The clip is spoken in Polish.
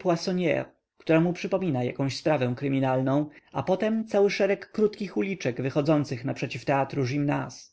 poissoniere która mu przypomina jakąś sprawę kryminalną a potem cały szereg krótkich uliczek wychodzących naprzeciw teatru gymnase